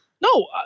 no